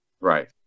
Right